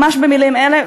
ממש במילים אלה,